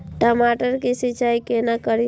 टमाटर की सीचाई केना करी?